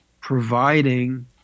providing